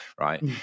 right